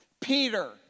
Peter